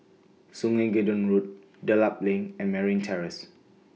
Sungei Gedong Road Dedap LINK and Merryn Terrace